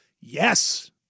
Yes